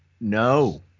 no